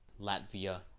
Latvia